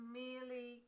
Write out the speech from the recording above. merely